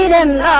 and